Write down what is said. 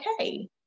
okay